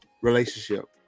relationship